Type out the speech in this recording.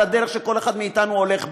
על הדרך שכל אחד מאתנו הולך בה.